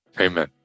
Amen